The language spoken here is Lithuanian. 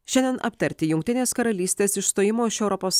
šiandien aptarti jungtinės karalystės išstojimo iš europos